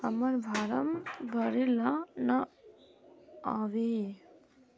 हम्मर फारम भरे ला न आबेहय?